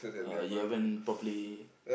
oh you haven't properly